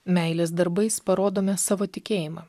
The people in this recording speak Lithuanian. meilės darbais parodome savo tikėjimą